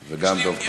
וגם דב חנין.